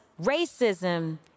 racism